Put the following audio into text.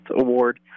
award